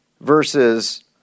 Versus